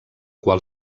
qual